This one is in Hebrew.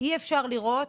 אי אפשר לראות